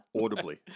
audibly